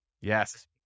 Yes